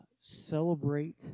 celebrate